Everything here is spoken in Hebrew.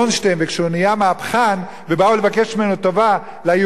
וכשהוא נהיה מהפכן ובאו לבקש ממנו טובה ליהודים,